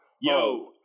Yo